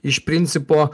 iš principo